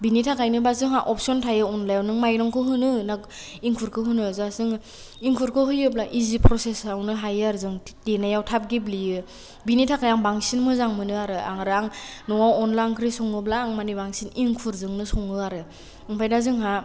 बिनि थाखायनो बा जोंहा आफसन थायो आनलायाव नों मायरंखौ होनो ना इंखुरखौ होनो जास्त जोङो इंखुरखौ होयोब्ला इजि फ्रसेस आवनो हायो आरो जों देनायाव थाब गेब्लेयो बिनि थाखाय आं बांसिन मोजां मोनो आरो आं आरो न'याव अनला आंख्रि सङोब्ला आं मानि बांसिन इंखुरजोंनो सङो आरो ओमफ्राय दा जोंहा